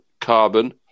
Carbon